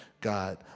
God